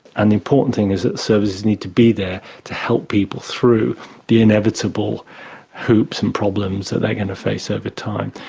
and the important thing is that services need to be either to help people through the inevitable hoops and problems that they are going to face over time.